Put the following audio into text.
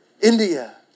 India